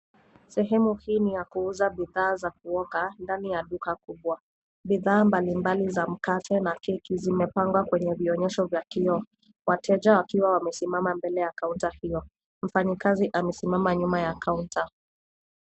Sehemu hii ni ya kuuza bidhaa za kuoka ndani ya duka kubwa. Bidhaa mbalimbali za mkate na keki zimepangwa kwenye vionyesho vya kioo, wateja wakiwa wamesimama mbele ya kaunta hiyo. Mfanyikazi amesimama nyuma ya kaunta.